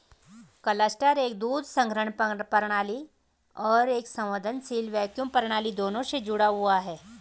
cluster एक दूध संग्रह प्रणाली और एक स्पंदनशील वैक्यूम प्रणाली दोनों से जुड़ा हुआ है